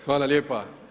Hvala lijepa.